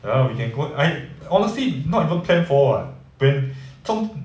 ya lah we can go I honestly not even planned for [what] when zhong